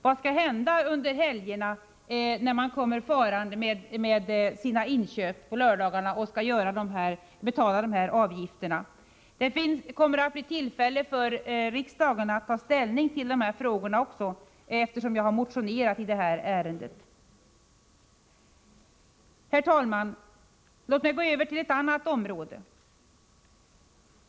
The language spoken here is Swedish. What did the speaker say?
Vad skall hända under helgerna när man kommer farande med sina inköp och skall betala de här avgifterna? Det kommer att bli tillfälle för riksdagen att ta ställning till den frågan också, eftersom jag har motionerat i ärendet. Herr talman! Låt mig gå över till ett annat område.